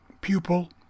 pupil